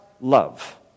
love